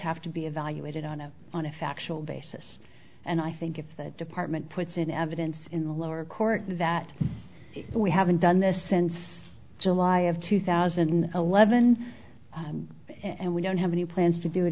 have to be evaluated on a on a factual basis and i think if the department puts in evidence in the lower court that we haven't done this since july of two thousand and eleven and we don't have any plans to do it